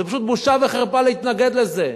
זו פשוט בושה וחרפה להתנגד לזה.